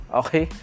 okay